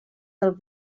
del